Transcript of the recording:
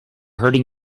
hurting